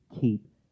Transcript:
keep